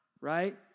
right